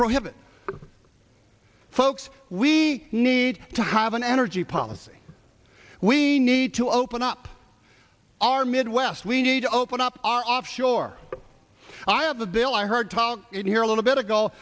prohibit folks we need to have an energy policy we need to open up our midwest we need to open up our offshore i have a bill i heard town in here a little bit ago